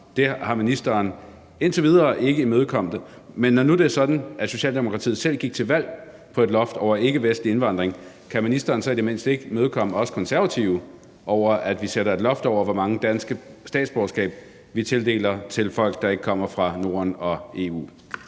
det har ministeren indtil videre ikke imødekommet. Men når nu det var sådan, at Socialdemokratiet selv gik til valg på et loft over ikkevestlig indvandring, kan ministeren så i det mindste ikke imødekomme os Konservative i, at vi sætter et loft over, hvor mange danske statsborgerskaber vi tildeler til folk, der ikke kommer fra Norden og EU?